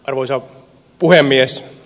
arvoisa puhemies